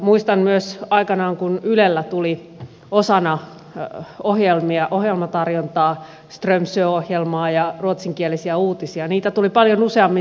muistan myös kun ylellä aikanaan tuli osana ohjelmatarjontaa strömsö ohjelmaa ja ruotsinkielisiä uutisia niitä tuli paljon useammin seurattua